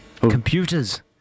Computers